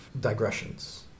digressions